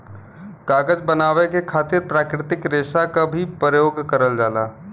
कागज बनावे के खातिर प्राकृतिक रेसा क भी परयोग करल जाला